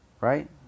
Right